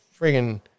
friggin